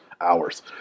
hours